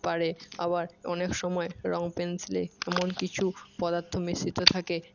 পারে আবার অনেক সময় রঙ পেনসিলে এমন কিছু পদার্থ মিশ্রিত থাকে